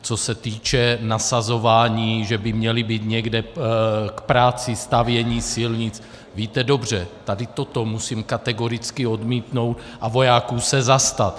Co se týče nasazování, že by měli být někde k práci stavění silnic, víte dobře, tady toto musím kategoricky odmítnout a vojáků se zastat.